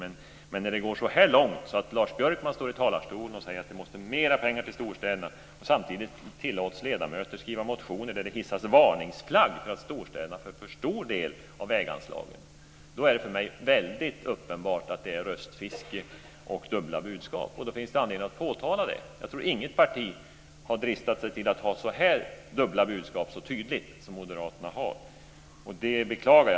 Men när det går så långt så att Lars Björkman står i talarstolen och säger att mer pengar måste gå till storstäderna, samtidigt som ledamöter tillåts skriva motioner där det hissas varningsflagg för att storstäderna får för stor del av väganslagen är det för mig väldigt uppenbart att det är röstfiske och dubbla budskap. Då finns det anledning att påtala det. Jag tror inget parti har dristat sig till att ha så tydliga dubbla budskap som Moderaterna har. Det beklagar jag.